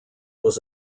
was